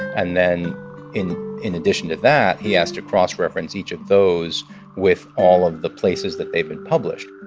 and then in in addition to that, he has to cross-reference each of those with all of the places that they've been published.